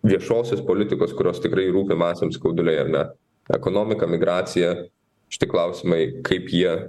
viešosios politikos kurios tikrai rūpi masėms skauduliai ar ne ekonomika migracija šititi klausimai kaip jie